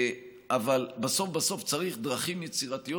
אבל בסוף בסוף צריך דרכים יצירתיות